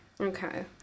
okay